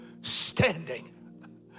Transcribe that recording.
standing